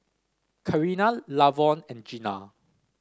Karina Lavon and Gina